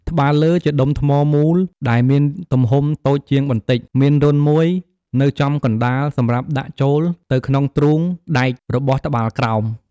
ត្បាល់លើ ជាដុំថ្មមូលដែលមានទំហំតូចជាងបន្តិច មានរន្ធមួយនៅចំកណ្ដាលសម្រាប់ដាក់ចូលទៅក្នុងទ្រូងដែករបស់ត្បាល់ក្រោម។